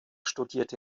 studierte